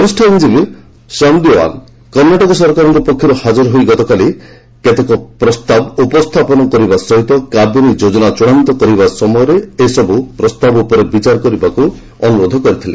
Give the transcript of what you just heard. ବରିଷ୍ଠ ଆଇନଜୀବୀ ଶ୍ୟାମ ଡିଭାନ୍ କର୍ଷାଟକ ସରକାରଙ୍କ ପକ୍ଷର୍ ହାଜର ହୋଇ ଗତକାଲି କେତେକ ପ୍ରସ୍ତାବ ଉପସ୍ଥାପନ କରିବା ସହିତ କାବେରୀ ଯୋଜନା ଚୂଡାନ୍ତ କରିବା ସମୟରେ ଏହି ସବୁ ପ୍ରସ୍ତାବ ଉପରେ ବିଚାର କରିବାକୁ ଅନ୍ତରୋଧ କରିଥିଲେ